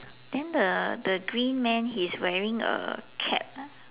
then the the green man he's wearing a cap ah